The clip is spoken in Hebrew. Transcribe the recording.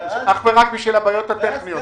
אך ורק בשל הבעיות הטכניות.